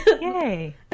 Yay